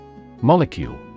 Molecule